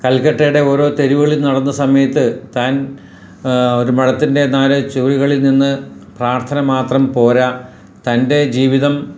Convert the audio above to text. കൽക്കട്ടയുടെ ഓരോ തെരുവുകളും നടന്ന സമയത്ത് താൻ ഒരു മതത്തിൻ്റെ നാല് ചുവരുകളിൽ നിന്ന് പ്രാർത്ഥന മാത്രം പോരാ തൻ്റെ ജീവിതം